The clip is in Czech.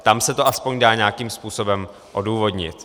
Tam se to aspoň dá nějakým způsobem odůvodnit.